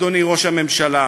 אדוני ראש הממשלה: